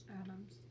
Adams